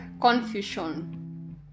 confusion